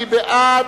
מי בעד?